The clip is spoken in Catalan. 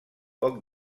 poc